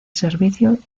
servicio